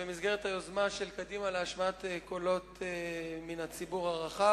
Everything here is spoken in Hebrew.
במסגרת היוזמה של קדימה להשמעת קולות מן הציבור הרחב,